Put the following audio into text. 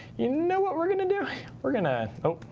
you know what we're going to do? we're going to oh,